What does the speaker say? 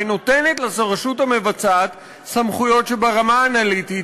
והיא נותנת לרשות המבצעת סמכויות שברמה האנליטית,